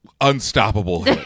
Unstoppable